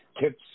tips